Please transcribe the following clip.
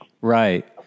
Right